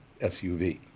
SUV